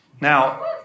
Now